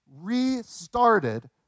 restarted